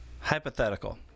Hypothetical